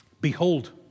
behold